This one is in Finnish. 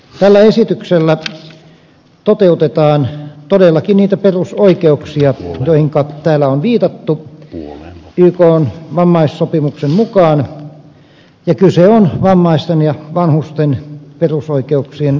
tällä esityksellä toteutetaan todellakin niitä perusoikeuksia joihin täällä on viitattu ykn vammaissopimuksen mukaan ja kyse on vammaisten ja vanhusten perusoikeuksien toteutumisesta